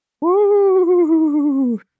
Woo